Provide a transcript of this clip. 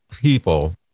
people